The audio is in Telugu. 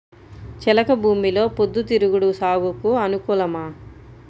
చెలక భూమిలో పొద్దు తిరుగుడు సాగుకు అనుకూలమా?